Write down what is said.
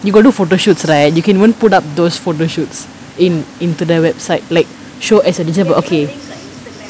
you got do photoshoots right you can even put up those photoshoots in internet website like show as an example okay